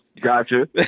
Gotcha